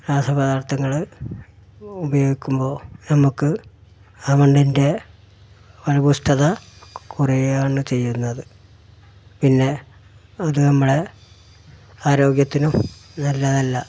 രാസ പദാർത്ഥങ്ങൾ ഉപയോഗിക്കുമ്പോൾ നമ്മൾക്ക് ആ മണ്ണിൻ്റെ ഫലപുഷ്ടത കുറയുകയാണ് ചെയ്യുന്നത് പിന്നെ അത് നമ്മളെ ആരോഗ്യത്തിനും നല്ലത് അല്ല